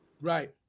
Right